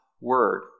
word